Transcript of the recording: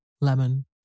lemon